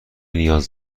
نیاز